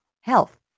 health